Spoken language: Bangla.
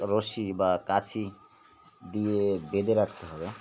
রশ্মি বা কাচি দিয়ে বেঁধে রাখতে হবে